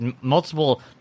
multiple